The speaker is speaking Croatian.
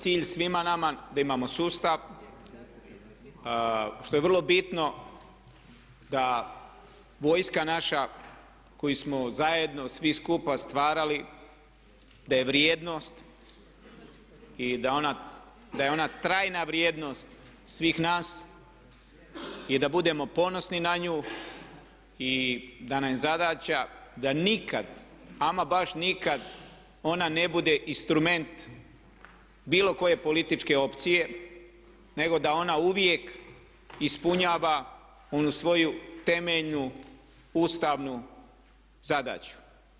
Cilj svima nama je da imamo sustav što je vrlo bitno da vojska naša koju smo zajedno svi skupa stvarali da je vrijednost i da je ona trajna vrijednost svih nas i da budemo ponosni na nju i da nam je zadaća da nikad, ama baš nikad ona ne bude instrument bilo koje političke opcije, nego da ona uvijek ispunjava onu svoju temeljnu ustavnu zadaću.